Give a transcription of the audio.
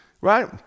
right